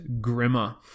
Grimmer